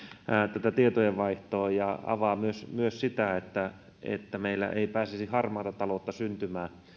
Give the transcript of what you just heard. tätä tietojenvaihtoa ja avaa myös myös sitä että että meillä ei pääsisi harmaata taloutta syntymään